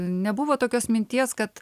nebuvo tokios minties kad